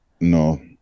No